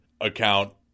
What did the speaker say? account